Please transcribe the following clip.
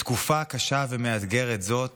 בתקופה קשה ומאתגרת זאת